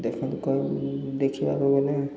ଦେଖନ୍ତୁ କହ ଦେଖିବାକୁ ଗଲେ